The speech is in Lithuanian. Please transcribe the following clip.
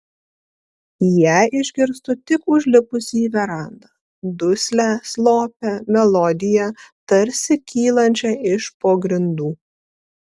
ją išgirstu tik užlipusi į verandą duslią slopią melodiją tarsi kylančią iš po grindų